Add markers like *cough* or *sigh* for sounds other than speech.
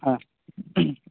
*unintelligible*